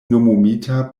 nomumita